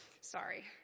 Sorry